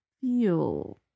feel